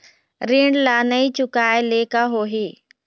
ऋण ला नई चुकाए ले का होही?